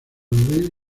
luis